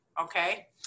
okay